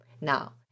Now